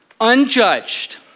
unjudged